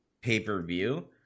pay-per-view